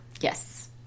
Yes